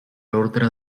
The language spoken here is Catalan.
orde